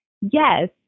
yes